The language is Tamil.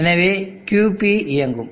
எனவே QP இயங்கும்